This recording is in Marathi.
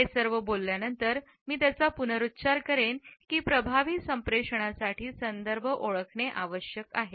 हे सर्व बोलल्यानंतर मी त्याचा पुनरुच्चार करेन की प्रभावी संप्रेषणासाठी संदर्भ ओळखणे आवश्यक आहे